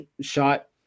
shot